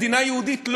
מדינה יהודית,